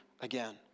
again